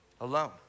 alone